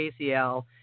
ACL